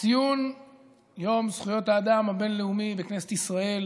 ציון יום זכויות האדם הבין-לאומי בכנסת ישראל